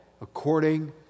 according